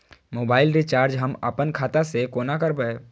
Mobile recharge हम आपन खाता से कोना करबै?